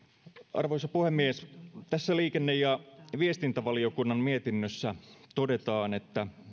arvoisa puhemies tässä liikenne ja viestintävaliokunnan mietinnössä todetaan että